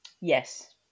Yes